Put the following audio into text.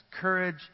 courage